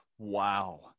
Wow